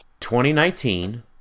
2019